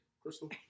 Crystal